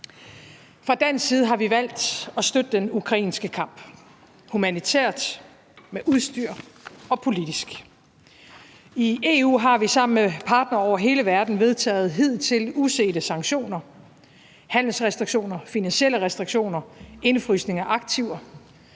Fra dansk side har vi valgt at støtte den ukrainske kamp – humanitært med udstyr og politisk. I EU har vi sammen med partnere over hele verden vedtaget hidtil usete sanktioner, handelsrestriktioner, finansielle restriktioner og indefrysning af aktiver.